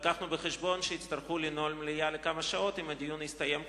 הבאנו בחשבון שיצטרכו לנעול את המליאה לכמה שעות אם הדיון יסתיים קודם.